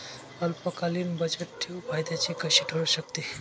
अल्पकालीन बचतठेव फायद्याची कशी ठरु शकते?